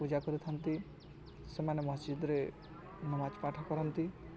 ପୂଜା କରିଥାନ୍ତି ସେମାନେ ମସଜିଦରେ ନମାଜ ପାଠ କରନ୍ତି